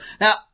Now